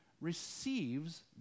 receives